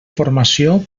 formació